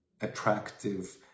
attractive